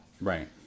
Right